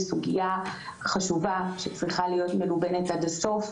סוגיה חשובה שצריכה להיות מלובנת עד הסוף.